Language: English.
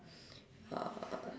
err